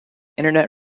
internet